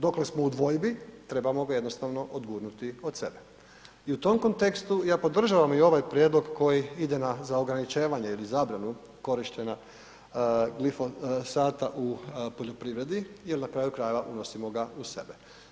Dokle smo u dvojbi, trebamo ga jednostavno odgurnuti od sebe i u tom kontekstu, ja podržavam i ovaj prijedlog koji ide na za ograničavanje ili zabranu korištena glifosata u poljoprivredi jer na kraju krajeva, unosimo ga u sebe.